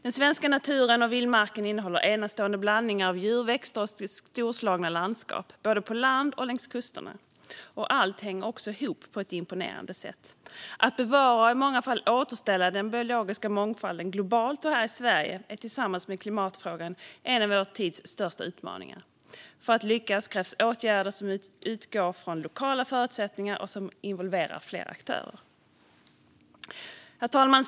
Den svenska naturen och vildmarken innehåller enastående blandningar av djur, växter och storslagna landskap, både på land och längs kusterna. Allt hänger också ihop på ett imponerande sätt. Att bevara och i många fall återställa den biologiska mångfalden, globalt och här i Sverige, tillhör tillsammans med klimatfrågan vår tids största utmaningar. För att lyckas krävs åtgärder som utgår från lokala förutsättningar och som involverar fler aktörer. Herr talman!